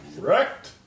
Correct